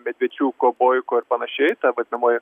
medvičiuko boiko ir panašiai ta vadinamoji